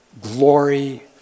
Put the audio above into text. glory